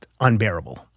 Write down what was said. unbearable